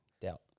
doubt